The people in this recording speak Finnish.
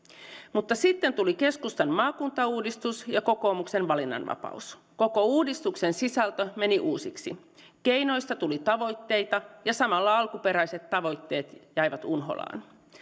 mutta sitten tuli keskustan maakuntauudistus ja kokoomuksen valinnanvapaus koko uudistuksen sisältö meni uusiksi keinoista tuli tavoitteita ja samalla alkuperäiset tavoitteet jäivät unholaan